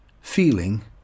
feeling